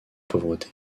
pauvreté